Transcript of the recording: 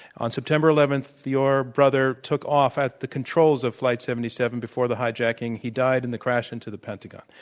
on september eleven, your brother took off at the controls of flight seventy seven before the hijacking. he died in the crash into the pentagon.